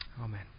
Amen